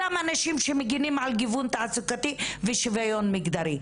אותם אנשים שמגינים על גיוון תעסוקתי ושוויון מגדרי.